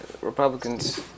Republicans